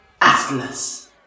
Atlas